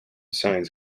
signs